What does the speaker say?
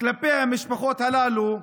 כלפי המשפחות הללו,